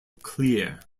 clear